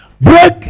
break